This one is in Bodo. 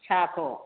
साहाखौ